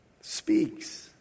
speaks